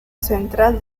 central